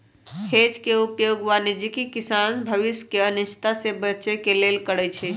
hedge के उपयोग वाणिज्यिक किसान भविष्य के अनिश्चितता से बचे के लेल करइ छै